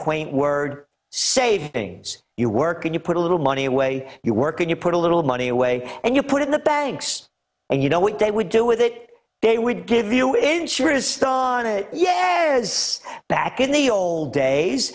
quaint word savings you work and you put a little money away you work and you put a little money away and you put in the banks and you know what they would do with it they would give you insurance stock yes back in the old days